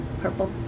Purple